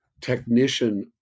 technician